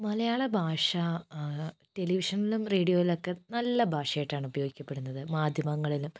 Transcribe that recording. മലയാള ഭാഷ ടെലിവിഷനിലും റേഡിയോയിലുമൊക്കെ നല്ല ഭാഷയായിട്ടാണ് ഉപയോഗിക്കപ്പെടുന്നത് മാധ്യമങ്ങളിലും